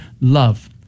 love